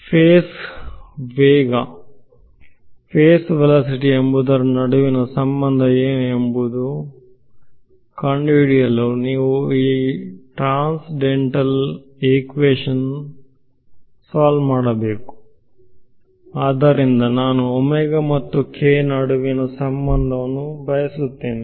face ವೇಗ ಎಂಬುದರ ನಡುವಿನ ಸಂಬಂಧ ಏನು ಎಂದು ಕಂಡುಹಿಡಿಯಲು ನೀವು ಈ ಟ್ರಾಂಸೆಂಡೆಂಟಲ್ ಇಕ್ವೇಶನ್ ಪರಿಹರಿಸಬೇಕು ಆದ್ದರಿಂದ ನಾನು ಮತ್ತು k ನಡುವಿನ ಸಂಬಂಧವನ್ನು ಬಯಸುತ್ತೇನೆ